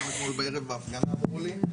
גם אתמול בערב בהפגנה הם אמרו לי,